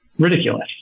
ridiculous